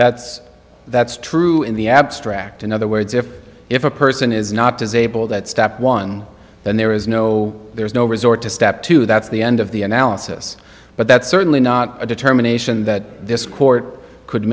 that's that's true in the abstract in other words if if a person is not disabled that's step one then there is no there is no resort to step two that's the end of the analysis but that's certainly not a determination that this court could